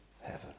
heaven